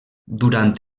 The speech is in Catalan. durant